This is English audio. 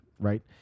Right